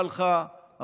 בא לך עכשיו